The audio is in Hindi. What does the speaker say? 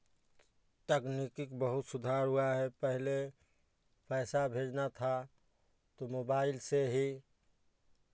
तकनीकी बहुत सुधार हुआ है पहले पैसा भेजना था तो मोबाइल से ही